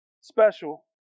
special